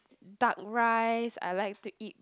duck rice I like to eat